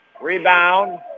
Rebound